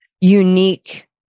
unique